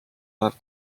päev